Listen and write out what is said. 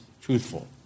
truthful